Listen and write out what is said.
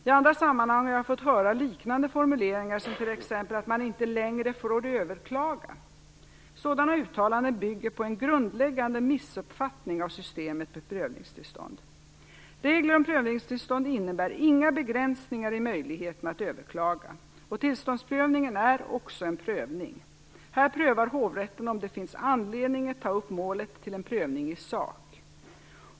I andra sammanhang har jag fått höra liknande formuleringar som t.ex. att man "inte längre får överklaga". Sådana uttalanden bygger på en grundläggande missuppfattning av systemet med prövningstillstånd. Regler om prövningstillstånd innebär inga begränsningar i möjligheterna att överklaga, och tillståndsprövningen är också en prövning. Här prövar hovrätten om det finns anledning att ta upp målet till en prövning i sak.